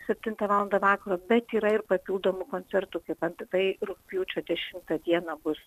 septintą valandą vakaro bet yra ir papildomų koncertų kaip antai rugpjūčio dešimtą dieną bus